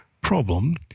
Problem